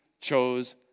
chose